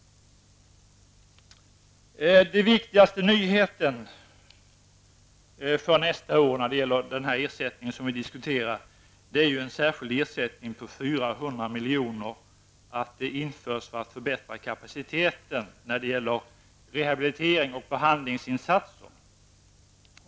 Den viktigaste nyheten för nästa år när det gäller den ersättning vi nu diskuterar är att en särskild ersättning på 400 miljoner införs för att förbättra kapaciteten när det gäller rehabiliterings och behandlingsinsatser.